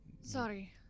Sorry